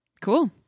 cool